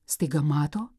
staiga mato